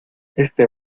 este